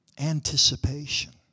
Anticipation